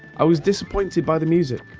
i was disappointed by the music.